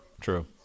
True